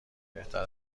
بهتر